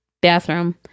bathroom